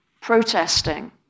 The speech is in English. protesting